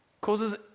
causes